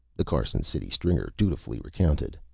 the carson city stringer dutifully recounted.